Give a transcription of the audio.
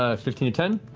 ah fifteen to ten?